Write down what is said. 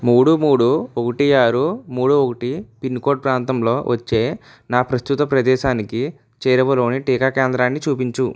మూడు మూడు ఒకటి ఆరు మూడు ఒకటి పిన్ కోడ్ ప్రాంతంలో వచ్చే నా ప్రస్తుత ప్రదేశానికి చేరువలోని టీకా కేంద్రాన్ని చూపించు